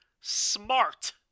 smart